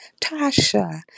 Tasha